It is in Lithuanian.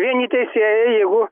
vieni teisėjai jeigu